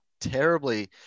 terribly